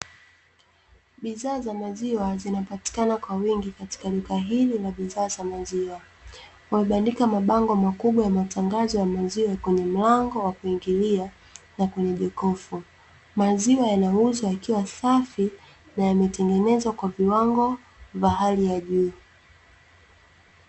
Bidhaa za maziwa zinapatikana kwa wingi katika duka hili na bidhaa za maziwa, wamebandika mabango makubwa ya matangazo ya maziwa kwenye mlango wa kuingilia na kwenye jokofu, maziwa yanauzwa yakiwa safi na yametengenezwa kwa viwango vya hali ya juu.